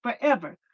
forever